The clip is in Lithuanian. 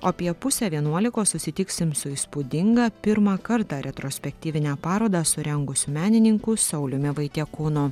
o apie pusę vienuolikos susitiksim su įspūdinga pirmą kartą retrospektyvinę parodą surengusiu menininku sauliumi vaitiekūnu